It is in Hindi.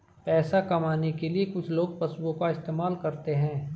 पैसा कमाने के लिए कुछ लोग पशुओं का इस्तेमाल करते हैं